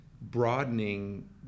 broadening